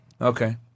Okay